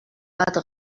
bat